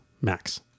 max